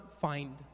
find